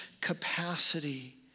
capacity